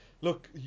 Look